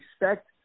expect